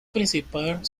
principal